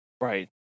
Right